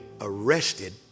arrested